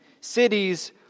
Cities